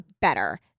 better